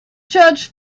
judge